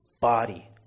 body